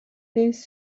this